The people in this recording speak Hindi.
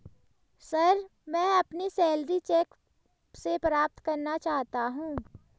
सर, मैं अपनी सैलरी चैक से प्राप्त करना चाहता हूं